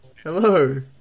Hello